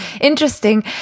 interesting